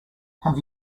have